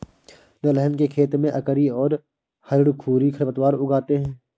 दलहन के खेत में अकरी और हिरणखूरी खरपतवार उग आते हैं